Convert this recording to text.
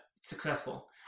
successful